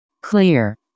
clear